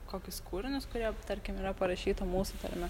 kokius kūrinius kurie tarkim yra parašyta mūsų tarme